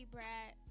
Brat